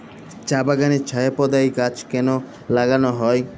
চা বাগানে ছায়া প্রদায়ী গাছ কেন লাগানো হয়?